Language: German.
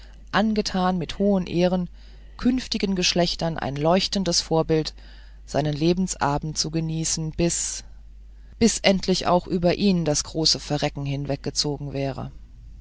angetan mit hohen ehren künftigen geschlechtern ein leuchtendes vorbild seinen lebensabend zu genießen bis bis endlich auch über ihn das große verrecken hinweggezogen wäre